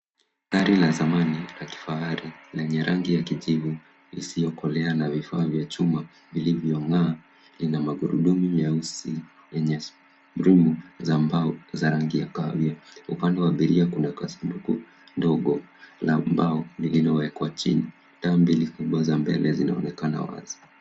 Gari la zamani la kifahari lenye rangi ya kijivu isiokolea na vifaa vya chuma vilivyong'aa lina magurudumu meusi yenye rimu za mbao za rangi ya kahawia. Upande wa abiria kuna sanduku ndogo la mbao lililowekwa chini. Taa mbili kubwa za mbele zinaonekana wazi.